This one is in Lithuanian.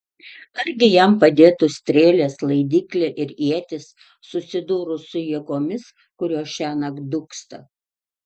argi jam padėtų strėlės laidyklė ir ietis susidūrus su jėgomis kurios šiąnakt dūksta